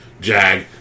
JAG